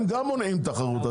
גם הם מונעים תחרות.